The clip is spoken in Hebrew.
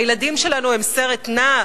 הילדים שלנו הם מוצרים בסרט נע?